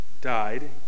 died